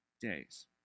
days